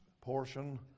portion